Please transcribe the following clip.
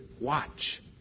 Watch